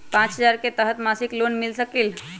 पाँच हजार के तहत मासिक लोन मिल सकील?